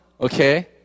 Okay